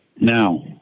Now